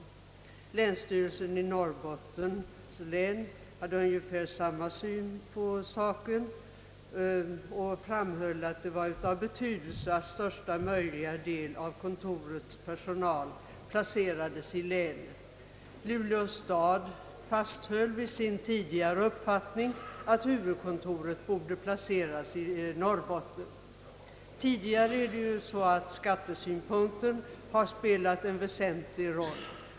Länsstyrelsen i Norrbottens län hade ungefär samma synpunkter och framhöll, att det var av betydelse att största möjliga del av kontorets personal placerades i länet. Luleå stad fasthöll vid sin tidigare uppfattning att huvudkontoret borde placeras i Norrbotten. Tidigare spelade skattesynpunkten en väsentlig roll.